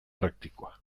praktikoa